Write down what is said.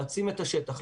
להעצים את השטח,